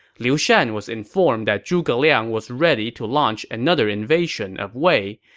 liu shan was informed that zhuge liang was ready to launch another invasion of wei,